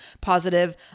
positive